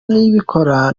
niyibikora